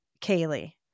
Kaylee